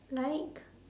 like